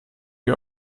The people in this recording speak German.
wie